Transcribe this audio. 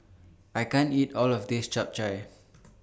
I can't eat All of This Chap Chai